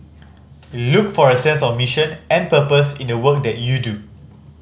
look for a sense of mission and purpose in the work that you do